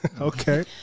Okay